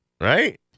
Right